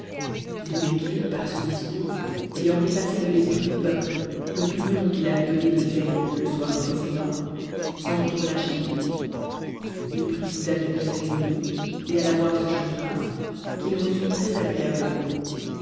boubekir par ce discours ayant efïacé de l'esprit du peuple l'opinion qu'il avait donnée de zeyn le soir précédent s'en retourna chez lui t prit ses habits de cérémonie et alla voir ce jeune prince qui le reçut